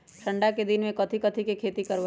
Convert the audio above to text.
ठंडा के दिन में कथी कथी की खेती करवाई?